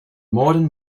modern